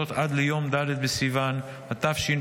וזאת עד ליום ד' בסיוון התשפ"ה,